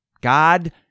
God